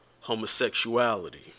homosexuality